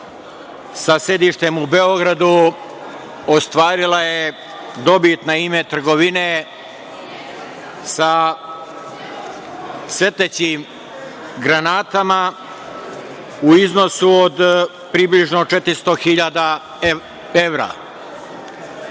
sa sedištem u Beogradu, ostvarila je dobit na ime trgovine sa svetlećim granatama u iznosu od približno 400 hiljada